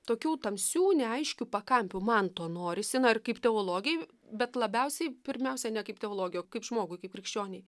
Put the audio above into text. tokių tamsių neaiškių pakampių man to norisi na ir kaip teologei bet labiausiai pirmiausia ne kaip teologei o kaip žmogui kaip krikščionei